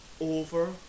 over